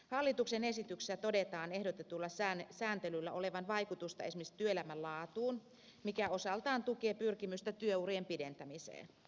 hallituksen esityksessä todetaan ehdotetulla sääntelyllä olevan vaikutusta esimerkiksi työelämän laatuun mikä osaltaan tukee pyrkimystä työurien pidentämiseen